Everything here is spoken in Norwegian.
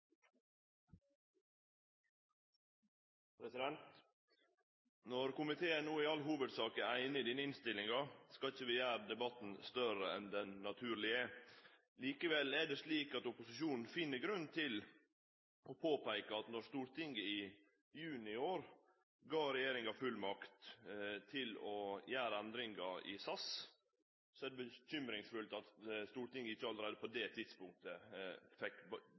einig i denne innstillinga, skal vi ikkje gjere debatten større enn han naturleg er. Likevel er det slik at opposisjonen finn grunn til å peike på at når Stortinget i juni i år gav regjeringa fullmakt til å gjere endringar i SAS, er det bekymringsfullt at Stortinget ikkje allereie på det tidspunktet også fekk